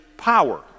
power